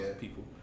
people